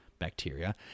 bacteria